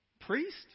Priest